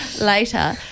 later